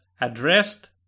addressed